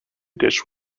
dish